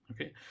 Okay